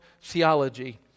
Theology